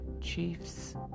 Chiefs